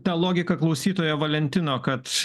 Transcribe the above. ta logika klausytojo valentino kad